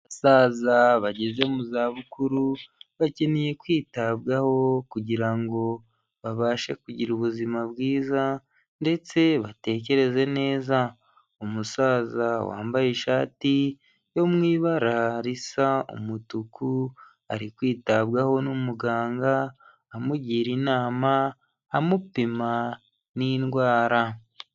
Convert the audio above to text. Abasaza bageze mu za bukuru bakeneye kwitabwaho kugira ngo babashe kugira ubuzima bwiza ndetse batekereze neza, umusaza wambaye ishati yo muibara risa umutuku ari kwitabwaho n'umuganga amugira inama, amupima n'indwara.